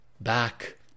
back